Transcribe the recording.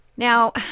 Now